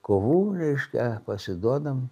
kovų reiškia pasiduodam